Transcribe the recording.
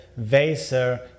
Vaser